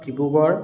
Dibrugarh